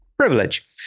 privilege